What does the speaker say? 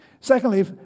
Secondly